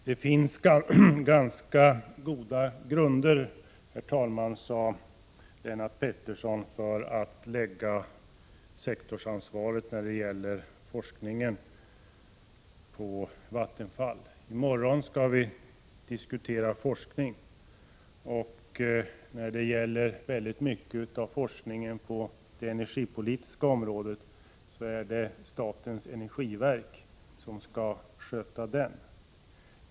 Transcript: Det finns ganska goda grunder, sade Lennart Pettersson, för att lägga sektorsansvaret när det gäller forskningen på Vattenfall. I morgon skall vi här diskutera forskning, och det är statens energiverk som skall sköta mycket av forskningen på det energipolitiska området.